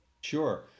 Sure